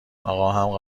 آقاهم